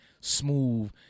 smooth